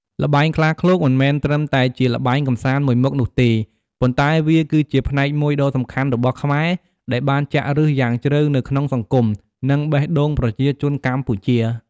ល្បែងខ្លាឃ្លោក មិនមែនត្រឹមតែជាល្បែងកម្សាន្តមួយមុខនោះទេ ប៉ុន្តែវាគឺជា ផ្នែកមួយដ៏សំខាន់របស់ខ្មែរ ដែលបានចាក់ឫសយ៉ាងជ្រៅនៅក្នុងសង្គម និងបេះដូងប្រជាជនកម្ពុជា។